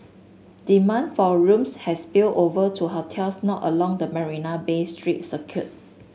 demand for rooms has spilled over to hotels not along the Marina Bay street circuit